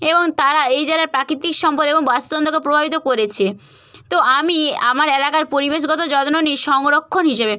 এবং তারা এই জেলার প্রাকৃতিক সম্পদ এবং বাস্তুতন্ত্রকে প্রভাবিত করেছে তো আমি আমার এলাকার পরিবেশগত যত্ন নিই সংরক্ষণ হিসেবে